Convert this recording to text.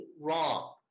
wrong